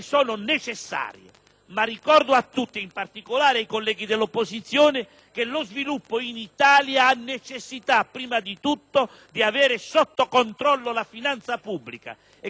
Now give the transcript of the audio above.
Ma ricordo a tutti, in particolare ai colleghi dell'opposizione, che lo sviluppo in Italia ha necessità, prima di tutto, di avere sotto controllo la finanza pubblica